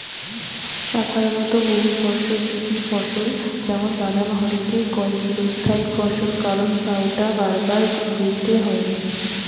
সাধারণত বহুবর্ষজীবী ফসল যেমন বাদাম হারিকে কয় চিরস্থায়ী ফসল কারণ সউটা বারবার রুইতে হয়নি